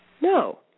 No